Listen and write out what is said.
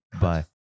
Bye